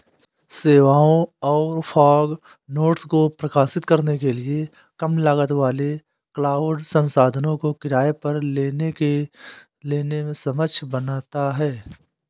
सेवाओं और fog nodes को प्रकाशित करने के लिए कम लागत वाले क्लाउड संसाधनों को किराए पर लेने में सक्षम बनाता है